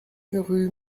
rue